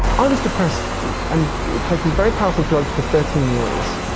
i was depressed and taking very powerful drugs for thirteen years.